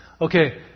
Okay